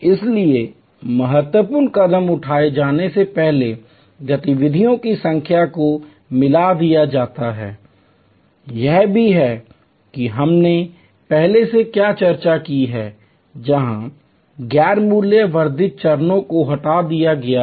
इसलिए महत्वपूर्ण कदम उठाए जाने से पहले गतिविधियों की संख्या को मिला दिया जाता है यह भी है कि हमने पहले क्या चर्चा की है जहां गैर मूल्य वर्धित चरणों को हटा दिया गया है